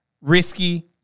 risky